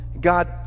God